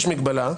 יש מגבלה,